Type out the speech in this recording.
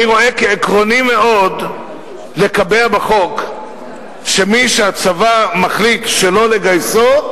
אני רואה כעקרוני מאוד לקבע בחוק שמי שהצבא מחליט שלא לגייסו,